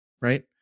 right